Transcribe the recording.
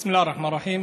בסם אללה א-רחמאן א-רחים.